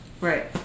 Right